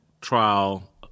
trial